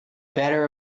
better